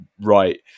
right